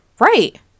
Right